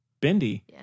Bendy